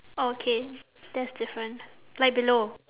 orh okay that's different like below